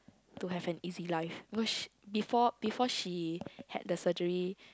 to have an easy life she before before she had the surgery